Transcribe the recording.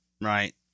Right